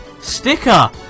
sticker